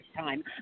time